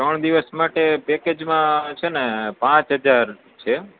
ત્રણ દિવસ માટે પેકેજમાં છે ને પાંચ હજાર છે